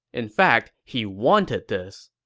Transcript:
in fact, he wanted this.